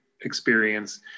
experience